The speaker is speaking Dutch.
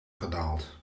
gedaald